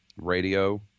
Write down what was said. radio